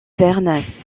verne